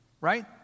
Right